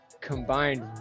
combined